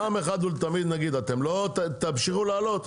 פעם אחת ולתמיד נגיד אתם תמשיכו לעלות?